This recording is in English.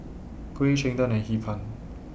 Kuih Cheng Tng and Hee Pan